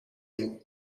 yale